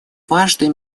важной